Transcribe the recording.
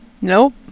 Nope